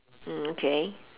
mm okay